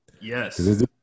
Yes